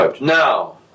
now